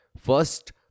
First